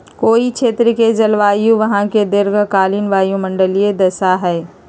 कोई क्षेत्र के जलवायु वहां के दीर्घकालिक वायुमंडलीय दशा हई